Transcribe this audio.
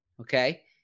okay